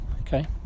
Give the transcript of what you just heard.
Okay